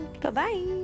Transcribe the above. Bye-bye